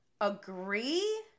agree